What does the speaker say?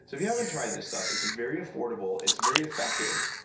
if you haven't tried this stuff, it's very affordable, it's very effective,